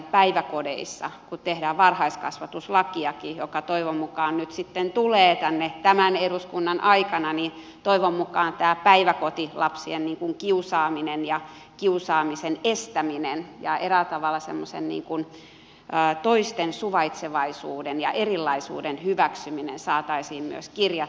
kun tehdään varhaiskasvatuslakiakin joka toivon mukaan tulee tänne tämän eduskunnan aikana niin toivon mukaan tämä päiväkotilapsien kiusaamisen estäminen ja eräällä tavalla semmoinen toisten suvaitseminen ja erilaisuuden hyväksyminen saataisiin myös kirjattua varhaiskasvatuslakiin